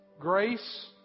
grace